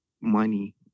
money